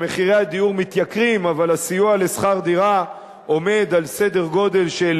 שמחירי הדיור עולים אבל הסיוע לשכר דירה עומד על סדר-גודל של,